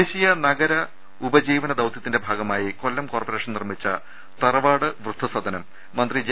ദേശീയ നഗര ഉപജീവന ദൌതൃത്തിന്റെ ഭാഗമായി കൊല്ലം കോർപ്പറേഷൻ നിർമ്മിച്ച തറവാട് വൃദ്ധസദനം മന്ത്രി ജെ